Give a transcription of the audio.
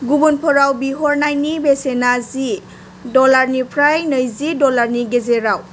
गुबुनफोराव बिहरनायनि बेसेना जि डलारनिफ्राय नैजि डलारनि गेजेराव